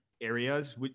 areas